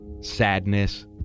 sadness